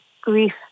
grief